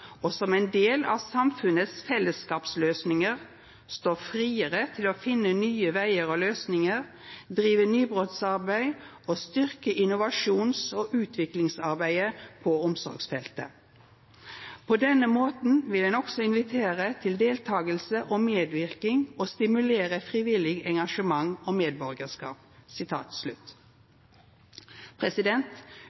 og som en del av samfunnets fellesskapsløsninger står friere til å finne nye veier og løsninger, drive nybrottsarbeid og styrke innovasjons- og utviklingsarbeidet på omsorgsfeltet. På denne måten vil en også invitere til deltakelse og medvirkning og stimulere frivillig engasjement og medborgerskap.»